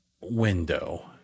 window